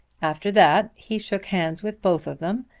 after that he shook hands with both of them,